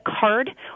card